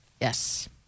Yes